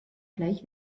gleich